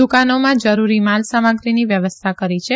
દુકાનોમાં જરૂરી માલ સામગ્રીની વ્યવસ્થા કરી છે